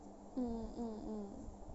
mm mm mm